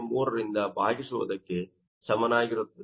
03 ರಿಂದ ಭಾಗಿಸುವುದಕ್ಕೆ ಸಮಾನವಾಗಿರುತ್ತದೆ